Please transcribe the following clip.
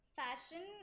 fashion